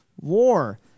war